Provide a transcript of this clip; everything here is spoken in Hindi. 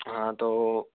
हाँ तो